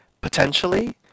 potentially